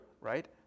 right